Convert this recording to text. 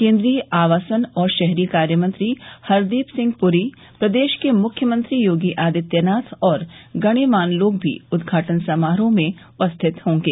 केंद्रीय आवासन और शहरी कार्य मंत्री हरदीप सिंह पुरी प्रदेश के मुख्य मंत्री योगी आदित्यनाथ और अन्य गण्यमान्य लोग भी उद्घाटन समारोह में उपस्थित रहेंगे